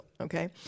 okay